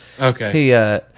Okay